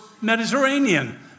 Mediterranean